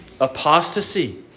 apostasy